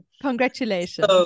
Congratulations